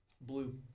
Blue